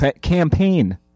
Campaign